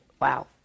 Wow